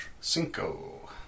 cinco